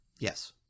Yes